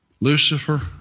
Lucifer